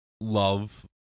love